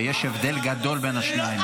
ויש הבדל גדול בין השניים.